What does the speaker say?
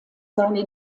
seine